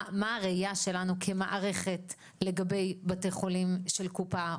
מה הראייה שלנו כמערכת לגבי בתי חולים של קופה,